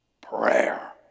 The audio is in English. prayer